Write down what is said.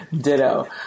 Ditto